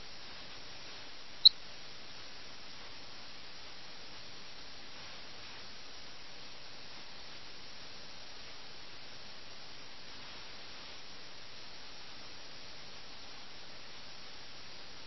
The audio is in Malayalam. മിറിന്റെ വീട്ടിൽ നിന്ന് രണ്ട് സുഹൃത്തുക്കളെയും ഗോമതി നദീതീരത്തിലേക്ക് മാറാൻ പ്രേരിപ്പിക്കുന്ന സങ്കീർണ്ണത എന്താണെന്ന് നമുക്ക് നോക്കാം